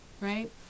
right